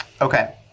Okay